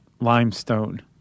limestone